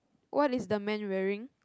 what is the man wearing